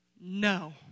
No